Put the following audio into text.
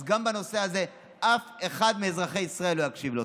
אז גם בנושא הזה אף אחד מאזרחי ישראל לא יקשיב לו.